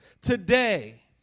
today